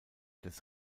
des